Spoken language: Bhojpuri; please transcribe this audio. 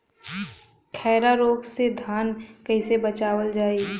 खैरा रोग से धान कईसे बचावल जाई?